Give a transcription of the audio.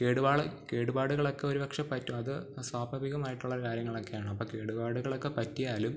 കേട്പാള് കേടുപാടുകളൊക്കെ ഒരുപക്ഷേ പറ്റും അത് സ്വാഭാവികമായിട്ടുള്ളൊരു കാര്യങ്ങളൊക്കെയാണ് അപ്പം കേടുപാടുകളൊക്കെ പറ്റിയാലും